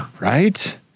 Right